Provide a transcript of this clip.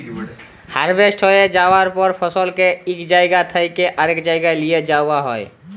harvest হঁয়ে যাউয়ার পর ফসলকে ইক জাইগা থ্যাইকে আরেক জাইগায় লিঁয়ে যাউয়া হ্যয়